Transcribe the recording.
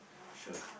sure